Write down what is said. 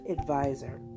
advisor